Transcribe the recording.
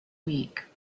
week